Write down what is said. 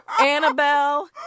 annabelle